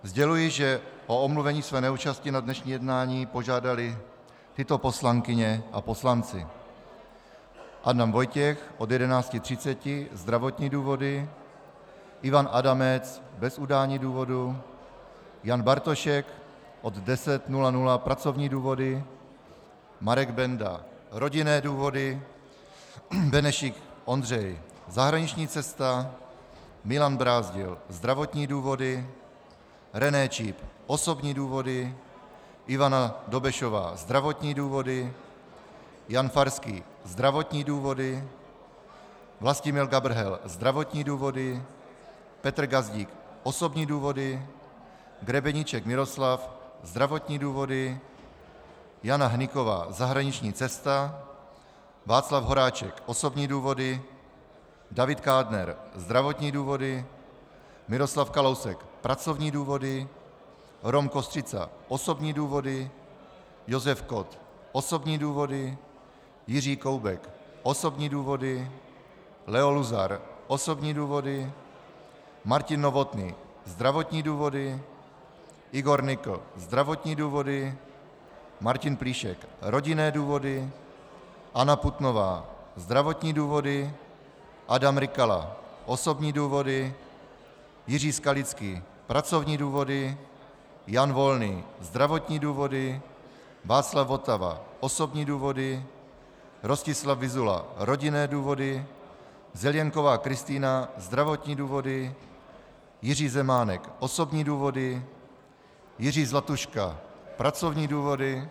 Sděluji, že o omluvení své neúčasti na dnešní jednání požádaly tyto poslankyně a poslanci: Adam Vojtěch od 11.30 zdravotní důvody, Ivan Adamec bez udání důvodu, Jan Bartošek od 10 hodin pracovní důvody, Marek Benda rodinné důvody, Ondřej Benešík zahraniční cesta, Milan Brázdil zdravotní důvody, René Číp osobní důvody, Ivana Dobešová zdravotní důvody, Jan Farský zdravotní důvody, Vlastimil Gabrhel zdravotní důvody, Petr Gazdík osobní důvody, Miroslav Grebeníček zdravotní důvody, Jana Hnyková zahraniční cesta, Václav Horáček osobní důvody, David Kádner zdravotní důvody, Miroslav Kalousek pracovní důvody, Rom Kostřica osobní důvody, Josef Kott osobní důvody, Jiří Koubek osobní důvody, Leo Luzar osobní důvody, Martin Novotný zdravotní důvody, Igor Nykl zdravotní důvody, Martin Plíšek rodinné důvody, Anna Putnová zdravotní důvody, Adam Rykala osobní důvody, Jiří Skalický pracovní důvody, Jan Volný zdravotní důvody, Václav Votava osobní důvody, Rostislav Vyzula rodinné důvody, Kristýna Zelienková zdravotní důvody, Jiří Zemánek osobní důvody, Jiří Zlatuška pracovní důvody.